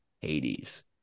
Hades